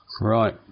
Right